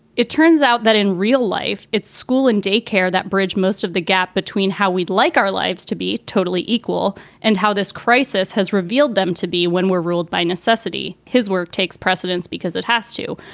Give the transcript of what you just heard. it turns out that in real life, it's school and daycare that bridge most of the gap between how we'd like our lives to be totally equal and how this crisis has revealed them to be when we're ruled by necessity. his work takes precedence because it has to.